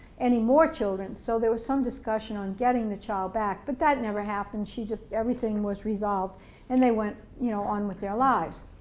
any more children so there was some discussion on getting the child back but that never happened she just everything was resolved and they went, you know, on with their lives.